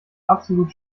absolut